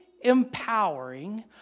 empowering